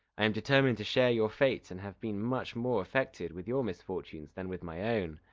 i am determined to share your fate, and have been much more affected with your misfortunes than with my own.